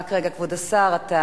כבוד השר, רק רגע.